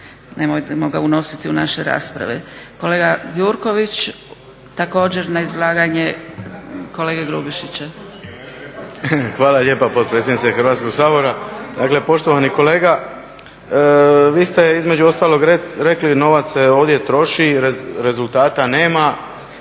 nemojmo ga unositi u naše rasprave. Kolega Gjurković, također na izlaganje kolege Grubišića. **Gjurković, Srđan (HNS)** Hvala lijepa potpredsjednice Hrvatskog sabora. Dakle, poštovani kolega vi ste između ostalog rekli novac se ovdje troši, rezultata nema.